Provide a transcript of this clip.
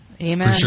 Amen